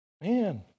man